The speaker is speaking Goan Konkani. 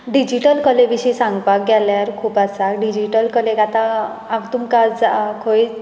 डिजीटल कले विशीं सांगपाक गेल्यार खूब आसा डिजीटल कलेक आतां तुमकां खंयच